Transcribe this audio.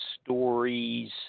stories